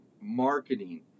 marketing